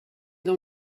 dans